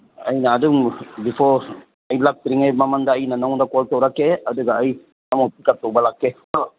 ꯑꯩꯅ ꯑꯗꯨꯝ ꯕꯤꯐꯣꯔ ꯑꯩ ꯂꯥꯛꯇ꯭ꯔꯤꯉꯩꯒꯤ ꯃꯃꯥꯡꯗ ꯑꯩꯅ ꯅꯪꯉꯣꯟꯗ ꯀꯣꯜ ꯇꯧꯔꯛꯀꯦ ꯑꯗꯨꯒ ꯑꯩ ꯅꯪꯕꯨ ꯄꯤꯛꯑꯞ ꯇꯧꯕ ꯂꯥꯛꯀꯦꯀꯣ